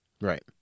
Right